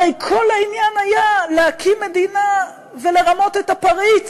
הרי כל העניין היה להקים מדינה ולרמות את הפריץ,